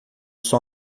sol